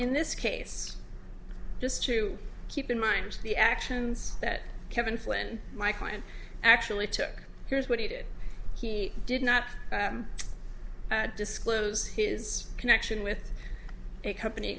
in this case just to keep in mind the actions that kevin flynn my client actually took here's what he did he did not disclose his connection with a company